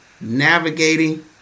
navigating